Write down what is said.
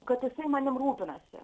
kad jisai manim rūpinasi